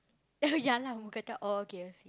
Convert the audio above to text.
ya lah mookata or K_F_C